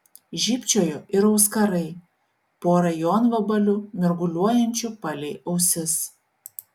žybčiojo ir auskarai pora jonvabalių mirguliuojančių palei ausis